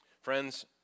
Friends